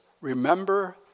remember